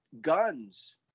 guns